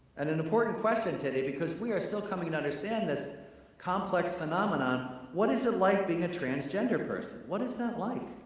and an important question today because we are still coming to understand this complex phenomenon, what is it like being a transgender person? what is that like?